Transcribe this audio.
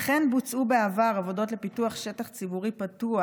אכן בוצעו בעבר עבודות לפיתוח שטח ציבורי פתוח